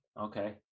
Okay